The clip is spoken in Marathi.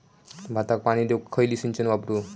भाताक पाणी देऊक खयली सिंचन वापरू?